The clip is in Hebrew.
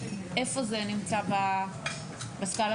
איפה זה נמצא בסקאלה?